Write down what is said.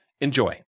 Enjoy